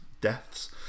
Deaths